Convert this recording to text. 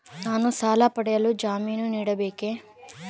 ನಾನು ಸಾಲ ಪಡೆಯಲು ಜಾಮೀನು ನೀಡಬೇಕೇ?